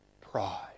pride